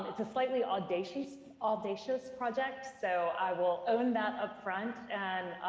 it's a slightly audacious audacious project, so i will own that up front. and